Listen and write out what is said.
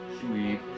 Sweet